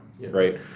right